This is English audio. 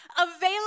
available